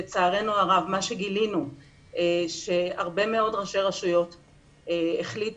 לצערנו הרב גילינו שהרבה מאוד ראשי רשויות החליטו,